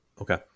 Okay